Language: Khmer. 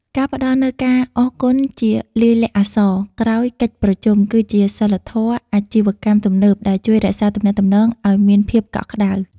ការផ្តល់នូវ "ការអរគុណជាលាយលក្ខណ៍អក្សរ" ក្រោយកិច្ចប្រជុំ គឺជាសីលធម៌អាជីវកម្មទំនើបដែលជួយរក្សាទំនាក់ទំនងឱ្យមានភាពកក់ក្ដៅ។